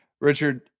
Richard